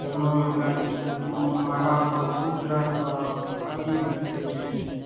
हुनकर मड़वा पर बहुत तरहके अथी होइ छै